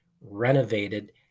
renovated